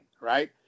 right